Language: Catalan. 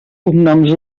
cognoms